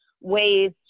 ways